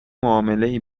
معاملهای